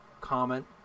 comment